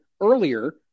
earlier